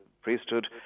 priesthood